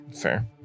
Fair